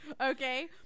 Okay